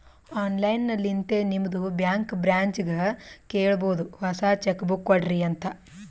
online ಲಿಂತೆ ನಿಮ್ದು bank ಬ್ರ್ಯಾಂಚ್ಗ ಕೇಳಬೋದು ಹೊಸಾ ಚೆಕ್ ಬುಕ್ ಕೊಡ್ರಿ ಅಂತ್